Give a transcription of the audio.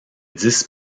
dix